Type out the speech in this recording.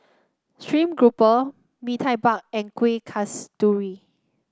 stream Grouper Mee Tai Mak and Kuih Kasturi